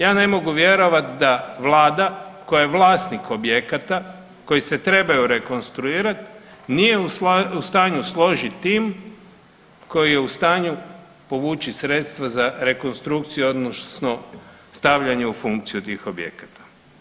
Ja ne mogu vjerovat da vlada koja je vlasnik objekata koji se trebaju rekonstruirat nije u stanju složiti tim koji je u stanju povući sredstva za rekonstrukciju odnosno stavljanje u funkciju tih objekata.